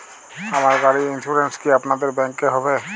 আমার গাড়ির ইন্সুরেন্স কি আপনাদের ব্যাংক এ হবে?